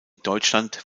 deutschland